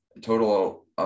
total